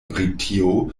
britio